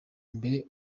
mbere